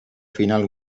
final